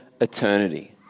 eternity